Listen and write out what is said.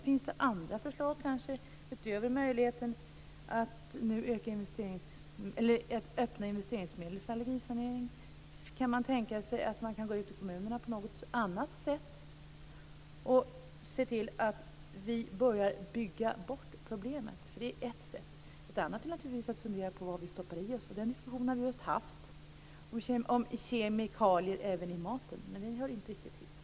Finns det andra förslag, utöver förslaget om att öppna investeringsmedlen för allergisanering? Kan man tänka sig att gå ut till kommunerna på något annat sätt och se till att problemet börjar byggas bort? Det är ett sätt. Ett annat är naturligtvis att fundera på vad vi stoppar i oss. Diskussionen om kemikalier i maten har vi just haft. Det hör inte riktigt hit.